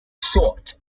short